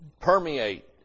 permeate